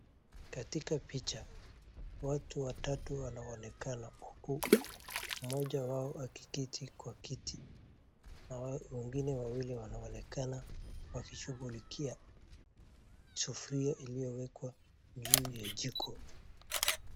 Katika picha watu watatu wanaonekana huku mmoja wao akiketi kwa kiti na wengine wawili wanaonekana wakishughulikia sufuria iliyowekwa juu ya jiko.